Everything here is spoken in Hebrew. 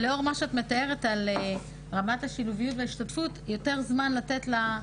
לאור מה שאת מתארת על רמת השילוביות וההשתתפות לתת יותר זמן